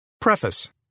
Preface